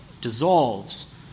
dissolves